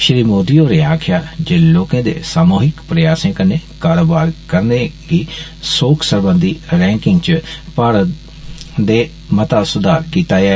श्री मोदी होरें आक्खेआ जे लोकें दे सामूहिक प्रयासें कन्नै कारोबार करने गी सौक्खा सरबंधी रैंकिग च भारत दे मता सुधार कीता ऐ